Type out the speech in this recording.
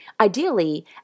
Ideally